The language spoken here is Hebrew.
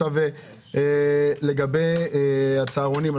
לגבי הצהרונים,